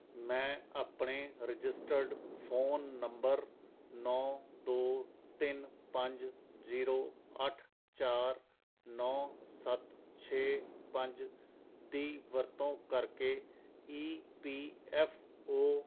ਮੈਂ ਆਪਣੇ registered phone number ਨੌਂ ਦੋ ਤਿੰਨ ਪੰਜ ਜੀਰੋ ਅੱਠ ਚਾਰ ਨੌਂ ਸੱਤ ਛੇ ਪੰਜ ਦੀ ਵਰਤੋਂ ਕਰਕੇ ਈ ਪੀ ਐੱਫ ਓ